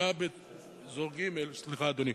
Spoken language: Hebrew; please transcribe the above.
לשכונה באזור ג' סליחה, אדוני.